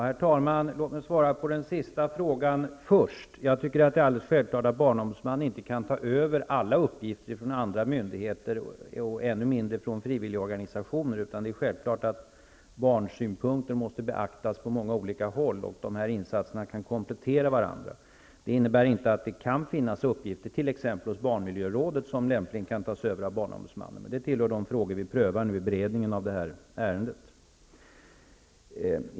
Herr talman! Låt mig svara på den sista frågan först. Det är alldeles självklart att barnombudsmannen inte kan ta över alla uppgifter från andra myndigheter, och ännu mindre från frivilligorganisationer. Det är självklart att barnsynpunkter måste beaktas på många olika håll. Dessa insatser kan komplettera varandra. Det innebär inte att det inte kan finnas uppgifter, t.ex. hos barnmiljörådet, som lämpligen kan tas över av barnombudsmannen. Det tillhör de frågor vi prövar i beredningen av det här ärendet.